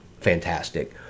fantastic